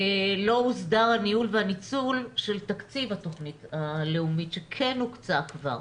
לא הוסדר הניהול והניצול של תקציב התכנית הלאומית שכן הוקצה כבר,